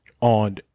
on